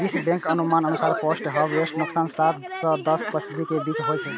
विश्व बैंकक अनुमान के अनुसार पोस्ट हार्वेस्ट नुकसान सात सं दस फीसदी के बीच होइ छै